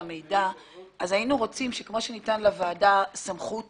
היינו רוצים שכמו שניתנה לוועדה סמכות